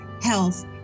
health